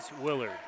Willard